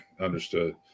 Understood